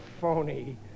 phony